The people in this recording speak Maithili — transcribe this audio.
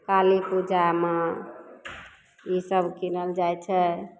काली पूजामे इसब कीनल जाइ छै